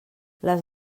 les